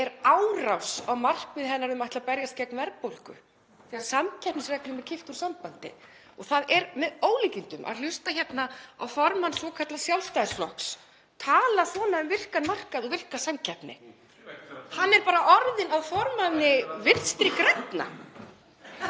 er árás á markmið hennar um að ætla að berjast gegn verðbólgu því að samkeppnisreglum er kippt úr sambandi. Það er með ólíkindum að hlusta hérna á formann svokallaðs Sjálfstæðisflokks tala svona um virkan markað og virka samkeppni. (Gripið fram í.) Hann er bara orðinn að formanni Vinstri grænna.